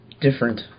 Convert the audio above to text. Different